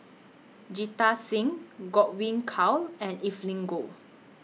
Jita Singh Godwin Koay and Evelyn Goh